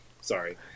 sorry